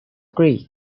creek